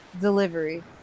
delivery